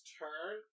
turn